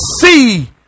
see